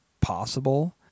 possible